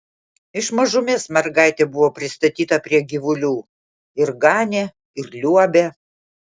iš mažumės mergaitė buvo pristatyta prie gyvulių ir ganė ir liuobė